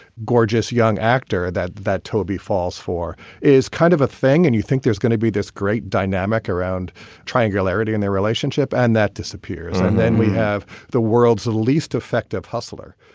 gorgeous young actor that that tobey falls for is kind of a thing. and you think there's gonna be this great dynamic around triangle area and their relationship and that disappears. and then we have the worlds of the least effective hustler